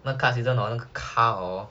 那 car accident 那个 car orh